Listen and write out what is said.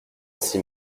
aussi